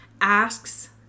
asks